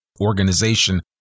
organization